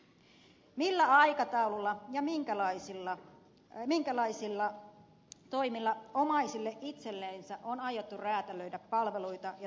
millä aikataululla ja minkälaisilla toimilla omaisille itsellensä on aiottu räätälöidä palveluita ja tukimuotoja